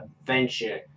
Adventure